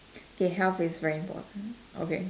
okay health is very important okay